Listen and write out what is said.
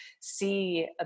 see